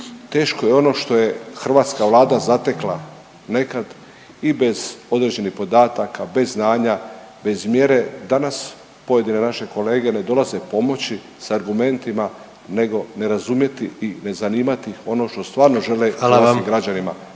teško je ono što je hrvatska Vlada zatekla nekad i bez određenih podataka, bez znanja, bez mjere danas pojedine naše kolege ne dolaze pomoći sa argumenti nego ne razumjeti i ne zanimati ih ono što stvarno žele hrvatskim građanima